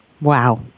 Wow